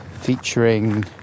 featuring